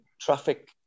traffic